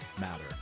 matter